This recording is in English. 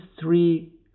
three